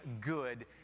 good